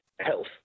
health